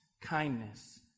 kindness